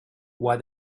why